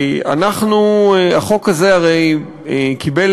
החוק הזה הרי קיבל